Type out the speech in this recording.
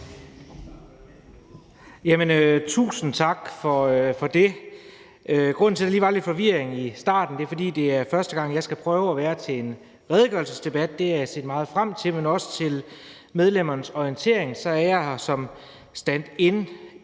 Tusind tak for det. Grunden til, at der lige var lidt forvirring i starten, er, at det er første gang, jeg skal være med her ved en redegørelsesdebat. Det har jeg set meget frem til, og til orientering for medlemmerne er jeg her som standin